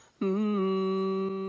mmm